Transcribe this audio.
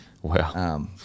Wow